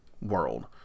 world